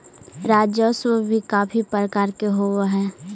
राजस्व भी काफी प्रकार के होवअ हई